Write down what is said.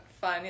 fun